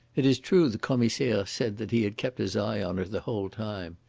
it is true the commissaire said that he had kept his eye on her the whole time.